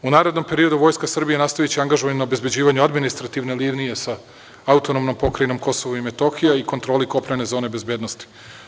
U narednom periodu Vojska Srbija nastaviće angažovanje na obezbeđivanju administrativne linije sa AP Kosovo i Metohija i kontroli kopnene zone bezbednosti.